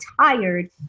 tired